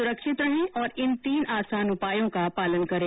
सुरक्षित रहें और इन तीन आसान उपायों का पालन करें